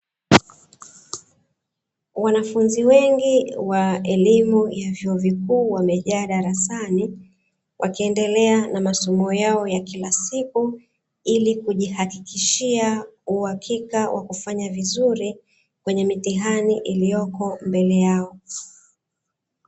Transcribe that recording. Wanafunzi wengi wa elimu ya vyuo vikuu wamejaa darasani, wakiendelea na masomo yao ya kila siku, ili kujihakikishia uhakika wa kufanya vizuri kwenye mitihani iliyopo mbele yao.